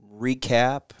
recap